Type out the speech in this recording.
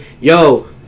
yo